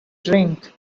drink